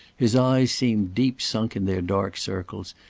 his eyes seemed deep sunk in their dark circles,